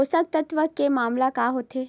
पोषक तत्व के मतलब का होथे?